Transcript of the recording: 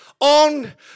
on